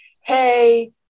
hey